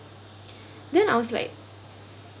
then I was like